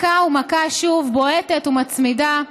מכה ומכה שוב, בועטת ומצמידה,